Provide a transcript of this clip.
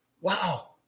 Wow